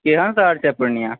केहन शहर छै पूर्णिया